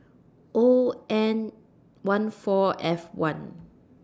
O N one four F one